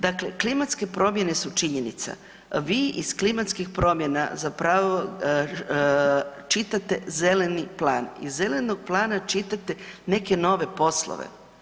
Dakle klimatske promjene su činjenica, vi iz klimatskih promjena zapravo čitate Zeleni plan, iz Zelenog plana čitate neke nove poslove.